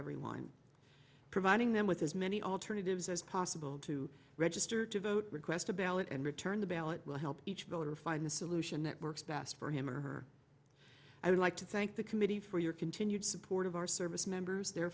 everyone providing them with as many alternatives as possible to register to vote request a ballot and return the ballot will help each voter find the solution that works best for him or her i would like to thank the committee for your continued support of our servicemembers their